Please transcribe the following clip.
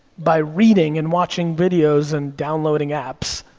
by reading and watching videos and downloading apps,